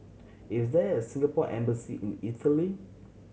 is there a Singapore Embassy in Italy